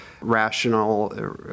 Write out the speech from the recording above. rational